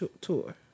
tour